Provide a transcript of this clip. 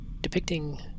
depicting